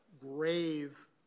grave